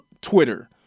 Twitter